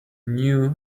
new